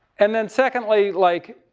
and then secondly, like